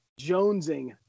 jonesing